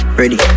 ready